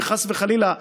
וחס וחלילה,